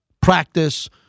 practice